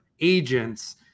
agents